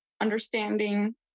understanding